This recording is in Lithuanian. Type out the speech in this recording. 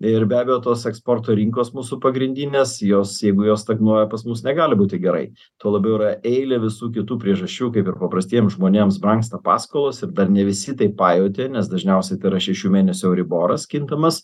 ir be abejo tos eksporto rinkos mūsų pagrindinės jos jeigu jos stagnuoja pas mus negali būti gerai tuo labiau yra eilė visų kitų priežasčių kaip ir paprastiem žmonėms brangsta paskolos ir dar ne visi tai pajautė nes dažniausia tai yra šešių mėnesių euriboras kintamas